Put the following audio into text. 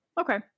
Okay